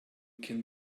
can